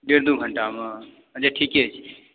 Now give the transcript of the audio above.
डेढ़ दू घण्टामे अच्छा ठीके छै